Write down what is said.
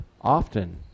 often